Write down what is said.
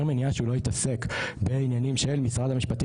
הסדר מניעה שהוא לא יתעסק בעניינים של משרד המשפטים,